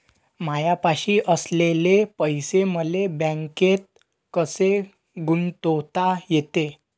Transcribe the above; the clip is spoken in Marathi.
मायापाशी असलेले पैसे मले बँकेत कसे गुंतोता येते?